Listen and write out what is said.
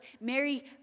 Mary